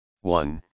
One